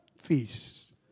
feasts